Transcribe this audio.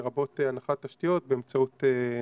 לרבות הנחת תשתיות באמצעות נתג"ז.